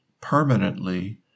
permanently